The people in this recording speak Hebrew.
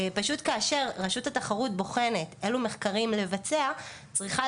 פשוט כאשר רשות התחרות בוחנת אילו מחקרים לבצע צריכות